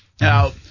Now